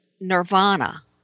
nirvana